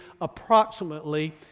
approximately